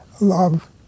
Love